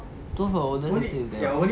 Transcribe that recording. two of her oldest sisters there